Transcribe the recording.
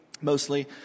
mostly